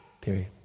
Period